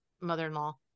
mother-in-law